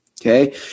Okay